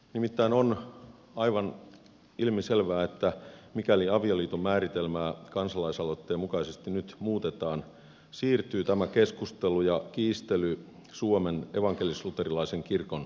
nimittäin on aivan ilmiselvää että mikäli avioliiton määritelmää kansalaisaloitteen mukaisesti nyt muutetaan siirtyy tämä keskustelu ja kiistely suomen evankelisluterilaisen kirkon sisälle